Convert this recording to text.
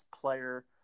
player